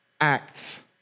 Acts